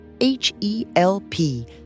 H-E-L-P